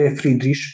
Friedrich